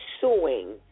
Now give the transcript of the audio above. suing